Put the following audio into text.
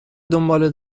دنباله